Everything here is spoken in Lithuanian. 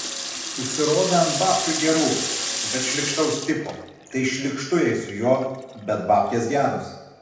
užsirovė ant babkių gerų bet šlykštaus tipo tai šlykštu jai su juo bet babkės geros